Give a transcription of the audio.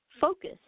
focus